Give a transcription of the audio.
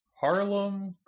Harlem